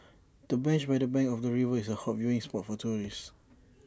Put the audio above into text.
the bench by the bank of the river is A hot viewing spot for tourists